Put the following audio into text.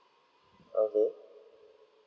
okay